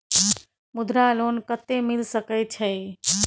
मुद्रा लोन कत्ते मिल सके छै?